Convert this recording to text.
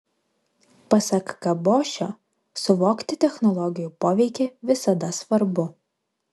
pasak kabošio suvokti technologijų poveikį visada svarbu